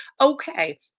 okay